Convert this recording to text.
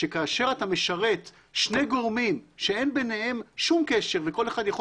שכאשר אתה משרת שני גורמים שאין ביניהם שום קשר וכל אחד יכול